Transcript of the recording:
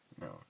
no